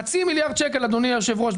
חצי מיליארד שקלים אדוניו היושב ראש,